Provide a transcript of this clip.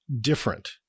different